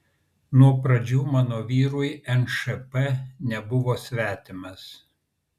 nuo pradžių mano vyrui nšp nebuvo svetimas